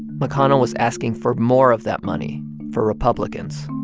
mcconnell was asking for more of that money for republicans.